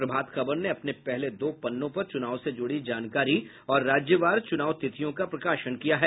प्रभात खबर ने अपने पहले दो पन्नों पर चुनाव से जुड़ी जानकारी और राज्यवार चुनाव तिथियों का प्रकाशन किया है